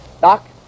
Doc